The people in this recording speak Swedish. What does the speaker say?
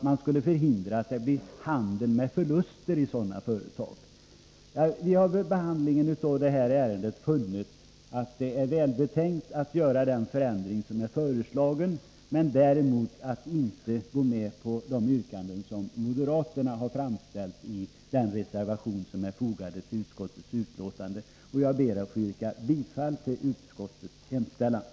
Man ville förhindra handel med förluster i sådana företag. Vi har vid behandlingen av detta ärende funnit att det är välbetänkt att göra den förändring som är föreslagen, men däremot inte att gå med på de yrkanden som moderaterna har framställt i den reservation som är fogad till utskottets betänkande. Jag ber att få yrka bifall till utskottets hemställan.